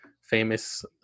famous